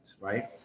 right